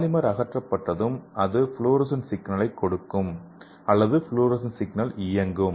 polymer அகற்றப்பட்டதும் அது fluorescence சிக்னலைக் கொடுக்கும் அல்லது ஃப்ளோரசன்ஸ் சிக்னல் இயங்கும்